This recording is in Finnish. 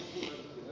kiitos